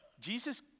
Jesus